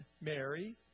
Mary